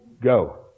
go